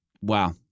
Wow